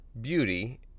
beauty